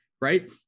right